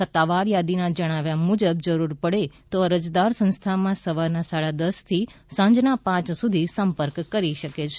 સત્તાવાર યાદીમાં જણાવ્યા મુજબ જરૂર પડે તો અરજદાર સંસ્થામાં સવારના સાડા દસ થી સાંજના પાંચ સુધી સંપર્ક કરી શકશે